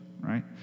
right